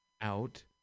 out